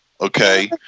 okay